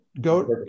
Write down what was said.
go